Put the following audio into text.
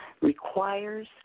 requires